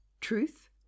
truth